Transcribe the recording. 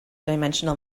dimensional